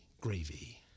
gravy